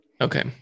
Okay